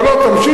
לא, לא, תמשיכו.